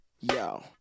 yo